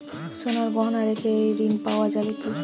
সোনার গহনা রেখে ঋণ পাওয়া যাবে কি?